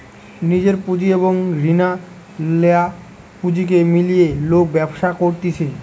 নিজের পুঁজি এবং রিনা লেয়া পুঁজিকে মিলিয়ে লোক ব্যবসা করতিছে